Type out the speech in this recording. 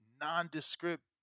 nondescript